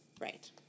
Right